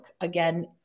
Again